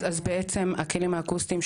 אז בעצם הכלים האקוסטיים,